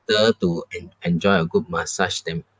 to en~ enjoy a good massage than